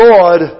Lord